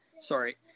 sorry